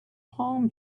palm